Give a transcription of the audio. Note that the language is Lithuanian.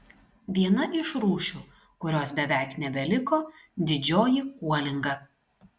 viena iš rūšių kurios beveik nebeliko didžioji kuolinga